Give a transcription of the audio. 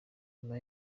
nyuma